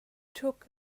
took